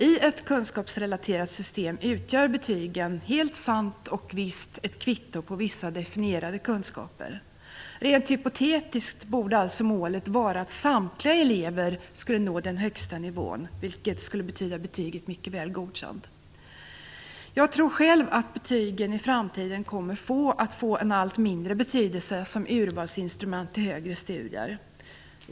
I ett kunskapsrelaterat system utgör betygen helt sant och visst ett kvitto på vissa definierade kunskaper. Rent hypotetiskt borde alltså målet vara att samtliga elever skulle nå den högsta nivån, vilket skulle betyda betyget mycket väl godkänd. Jag tror själv att betygen i framtiden kommer att få en allt mindre betydelse som urvalsinstrument till högre studier.